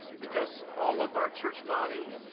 because all of our church body,